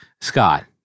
Scott